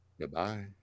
Goodbye